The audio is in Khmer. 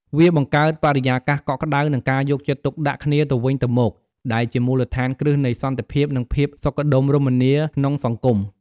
វាបង្ហាញថាវត្តអារាមមិនមែនត្រឹមតែជាកន្លែងគោរពបូជាប៉ុណ្ណោះទេ ថែមទាំងជាមជ្ឈមណ្ឌលសហគមន៍ដែលពោរពេញដោយការអាណិតអាសូរ និងសេចក្តីស្រលាញ់រាប់អានផងដែរ។